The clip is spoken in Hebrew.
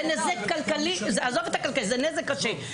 זה נזק כלכלי, עזוב את הכלכלי, זה נזק קשה.